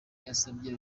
yasabye